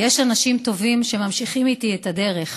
יש אנשים טובים שממשיכים איתי את הדרך,